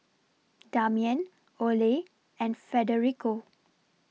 Damian Oley and Federico